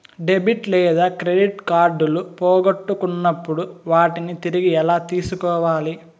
debit లేదా credit కార్డులు పోగొట్టుకున్నప్పుడు వాటిని తిరిగి ఎలా తీసుకోవాలి